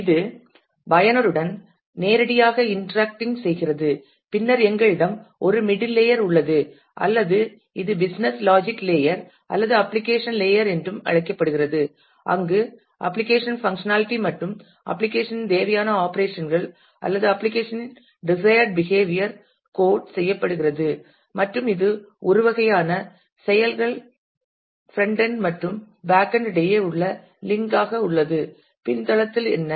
இது பயனருடன் நேரடியாக இன்டராக்டிங் செய்கிறது பின்னர் எங்களிடம் ஒரு மிடில் லேயர் உள்ளது அல்லது இது பிசினஸ் லாஜிக் லேயர் அல்லது அப்ளிகேஷன் லேயர் என்றும் அழைக்கப்படுகிறது அங்கு அப்ளிகேஷன் பங்சனாலிட்டி மற்றும் அப்ளிகேஷன் இன் தேவையான ஆப்பரேஷன் கள் அல்லது இன் டிசையர்ட் பிஹேவியர் கோட் செய்யப்படுகிறது மற்றும் இது ஒரு வகையான செயல்கள் பிரண்ட் எண்ட் மற்றும் பேக் எண்ட் இடையே உள்ள லிங்ட் ஆக உள்ளது பின்தளத்தில் என்ன